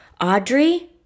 Audrey